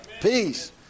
Peace